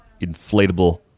Inflatable